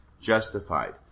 justified